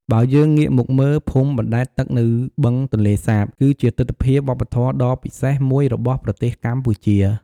បើយើងងាកមកមើល ភូមិបណ្ដែតទឹកនៅបឹងទន្លេសាប គឺជាទិដ្ឋភាពវប្បធម៌ដ៏ពិសេសមួយរបស់ប្រទេសកម្ពុជា។